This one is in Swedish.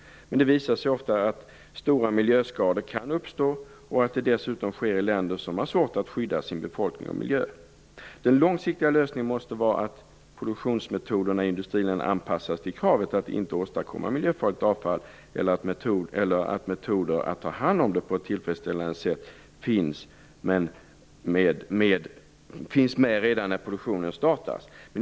Men det visar sig ofta att stora miljöskador kan uppstå och dessutom just i länder som har svårt att skydda sin befolkning och miljö. Den långsiktiga lösningen måste vara att produktionsmetoderna i industriländerna anpassas till kravet att inte åstadkomma miljöfarligt avfall, eller också måste man se till att metoder att ta hand om det på ett tillfredsställande sätt finns redan när produktionen startas.